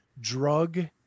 drug